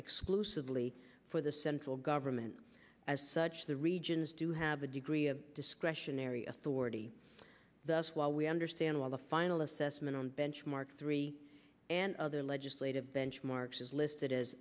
exclusively for the central government as such the regions do have a degree of discretionary authority thus while we understand why the final assessment on benchmarks three and other legislative benchmarks is listed as